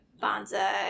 bonza